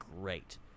great